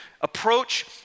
approach